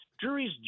juries